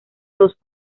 los